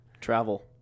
Travel